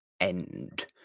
end